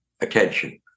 attention